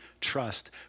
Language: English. trust